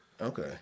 Okay